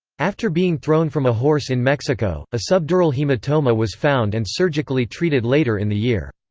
after being thrown from a horse in mexico, a subdural hematoma was found and surgically treated later in the year.